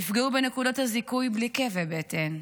יפגעו בנקודות הזיכוי בלי כאבי בטן.